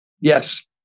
Yes